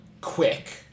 quick